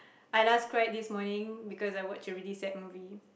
I last cried this morning because I watch a really sad movie